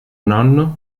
nonno